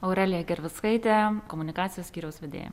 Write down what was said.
aurelija gervickaitė komunikacijos skyriaus vedėja